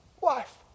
wife